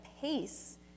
pace